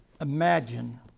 imagine